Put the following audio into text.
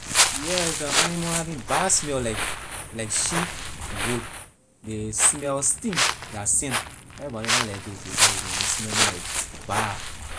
Yeah some animal having bad smell like sheep goat they smell stink their scent everybody na like it because a can be smelling like bad